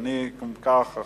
אם כך, אני